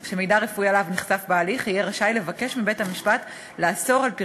אל אם כן הוא נתן לכך את הסכמתו או שבית-המשפט התיר את הפרסום.